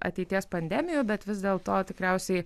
ateities pandemijų bet vis dėlto tikriausiai